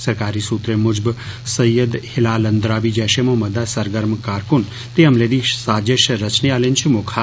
सरकारी सूत्रें मुजब सईद हिलाल अंद्राबी जैष ए मोहम्मद दा सरगर्म कारकृन ते हमले दी साजष रचने आह्ले च मुक्ख हा